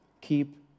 Keep